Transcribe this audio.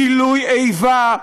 גילוי איבה,